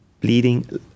bleeding